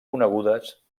conegudes